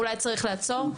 אולי צריך לעצור,